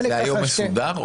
היום זה מסודר?